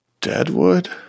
Deadwood